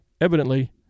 evidently